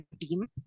team